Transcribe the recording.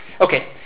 Okay